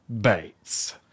Bates